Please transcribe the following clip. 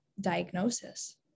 diagnosis